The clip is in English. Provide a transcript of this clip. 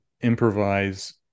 improvise